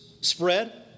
spread